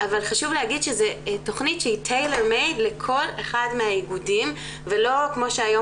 חשוב להגיד שזו תכנית שהיא tailor made לכל אחד מהאיגודים ולא כמו שהיום